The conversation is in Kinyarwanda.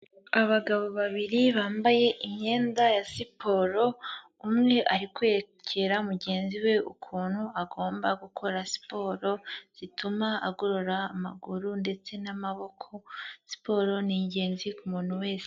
Abagabo babiri bambaye imyenda ya siporo, umwe ari kwereka mugenzi we ukuntu agomba gukora siporo zituma agorora amaguru ndetse n'amaboko, siporo ni ingenzi ku muntu wese.